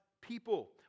people